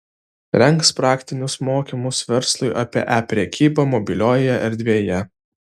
rengs praktinius mokymus verslui apie e prekybą mobiliojoje erdvėje